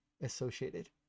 associated